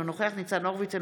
אינו נוכח ניצן הורוביץ,